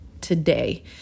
today